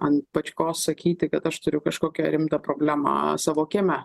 ant bačkos sakyti kad aš turiu kažkokią rimtą problemą savo kieme